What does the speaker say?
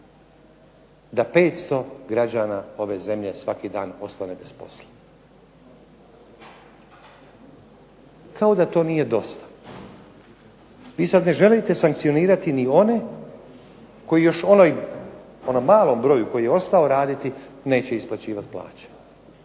da 500 građana ove zemlje svaki dan ostane bez posla. Kao da to nije dosta. Vi sad ne želite sankcionirati ni one koji još onom malom broju koji je ostao raditi neće isplaćivati plaće.